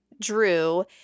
drew